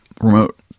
remote